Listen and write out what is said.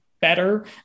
better